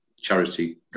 charity